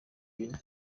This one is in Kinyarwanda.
bine